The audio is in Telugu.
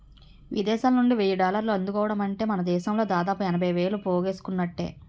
విదేశాలనుండి వెయ్యి డాలర్లు అందుకోవడమంటే మనదేశంలో దాదాపు ఎనభై వేలు పోగేసుకున్నట్టే